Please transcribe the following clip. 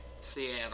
Seattle